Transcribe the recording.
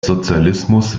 sozialismus